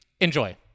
Enjoy